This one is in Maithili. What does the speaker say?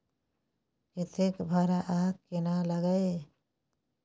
कतेक भाड़ा आ केना लागय ये?